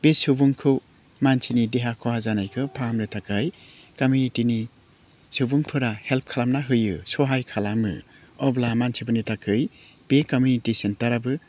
बे सुबुंखौ मानसिनि देहा खहा जानायखौ फाहामनो थाखाय कमिउनिटिनि सुबुंफोरा हेल्प खालामना होयो सहाय खालामो अब्ला मानिसिफोरनि थाखाय बे कमिउनिटि सेन्टाराबो